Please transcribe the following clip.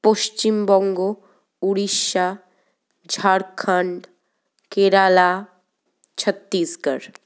Paschimbanga Orissa Jharkhand Kerala Chhattisgarh